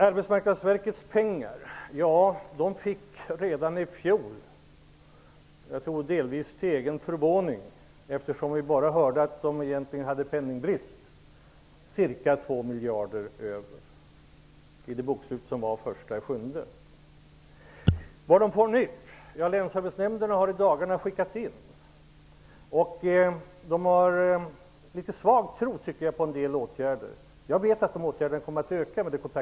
Arbetsmarknadsverket fick redan i fjol -- delvis var man nog förvånad, eftersom vi bara hörde talas om penningbrist där -- ca 2 miljarder över i bokslutet den 1 juli. Vad blir det nu? Ja, länsarbetsnämnderna har i dagarna skickat in sina uppgifter. Jag tycker mig se att de har litet svag tro på en del åtgärder. Jag vet att åtgärderna kommer att öka i omfattning.